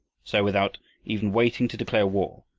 so, without even waiting to declare war,